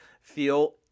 feel